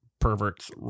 perverts